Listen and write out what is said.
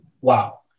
wow